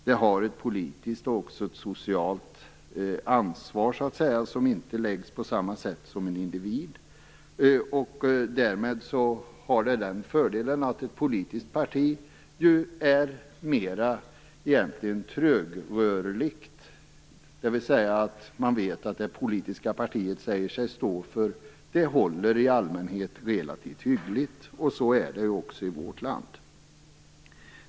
Det har ett politiskt och också socialt ansvar, som inte läggs på samma sätt på en individ. Därmed blir fördelen att ett politiskt parti är mer trögrörligt, dvs. man vet att det som det politiska partiet säger sig stå för i allmänhet håller relativt hyggligt. Så är det också i vårt land.